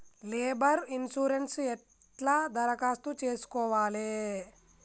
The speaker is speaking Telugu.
లేబర్ ఇన్సూరెన్సు ఎట్ల దరఖాస్తు చేసుకోవాలే?